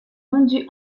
vendu